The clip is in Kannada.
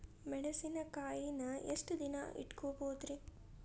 ಮೆಣಸಿನಕಾಯಿನಾ ಎಷ್ಟ ದಿನ ಇಟ್ಕೋಬೊದ್ರೇ?